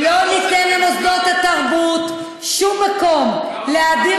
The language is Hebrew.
לא ניתן למוסדות התרבות שום מקום להאדיר